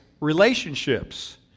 relationships